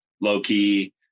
low-key